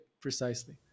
precisely